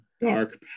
dark